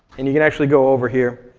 and you can actually go over here.